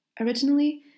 Originally